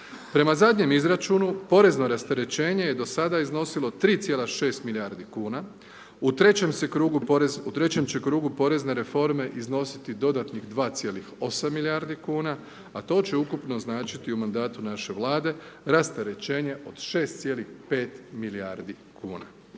Prema zadnjem izračunu porezno rasterećenje je do sada iznosilo 3,6 milijardi kuna, u trećem će krugu porezne reforme iznositi dodatnih 2,8 milijardi kuna a to će ukupno značiti u mandatu naše Vlade rasterećenje od 6,5 milijardi kuna.